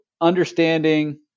understanding